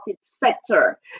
sector